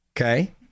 Okay